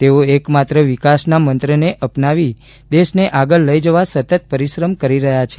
તેઓ એક માત્ર વિકાસના મંત્રને અપનાવી દેશને આગળ લઇ જવા સતત પરિશ્રમ કરી રહ્યા છે